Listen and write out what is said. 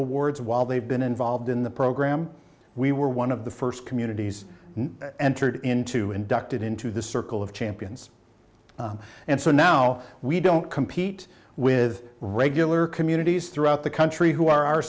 awards while they've been involved in the program we were one of the first communities entered into inducted into the circle of champions and so now we don't compete with regular communities throughout the country who are our